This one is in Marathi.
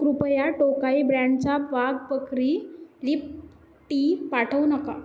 कृपया टोकाई ब्रँडचा वाघ बकरी लीफ टी पाठवू नका